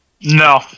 No